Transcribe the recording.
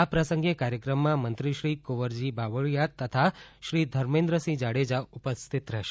આ પ્રસંગે કાર્યક્રમમાં મંત્રીશ્રી કુંવરજી બાવળીયા તથા શ્રી ધર્મેન્દ્રસિંહ જાડેજા ઉપસ્થિત રહેશે